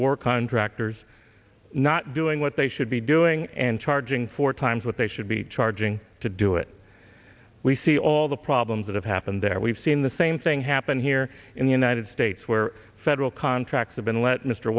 war contractors not doing what they should be doing and charging four times what they should be charging to do it we see all the problems that have happened there we've seen the same thing happen here in the united states where federal contracts have been let mr